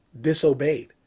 Disobeyed